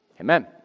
Amen